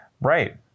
Right